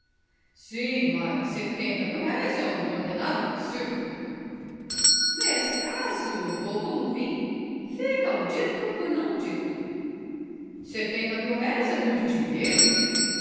mas setenta mil-réis é um ordenado impossível nesse caso vou como vim fica o dito por não dito setenta mil-réis é muito dinheiro